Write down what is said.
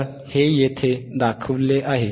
तर हे येथे दाखवले आहे